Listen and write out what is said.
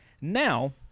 Now